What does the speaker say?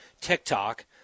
TikTok